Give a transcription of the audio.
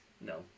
No